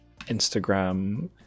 Instagram